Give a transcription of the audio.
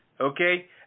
okay